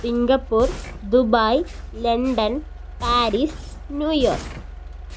Singapore Dubai London Paris New York